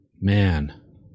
man